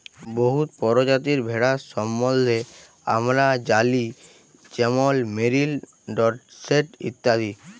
বহুত পরজাতির ভেড়ার সম্বল্ধে আমরা জালি যেমল মেরিল, ডরসেট ইত্যাদি